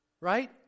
right